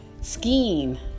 skiing